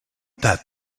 that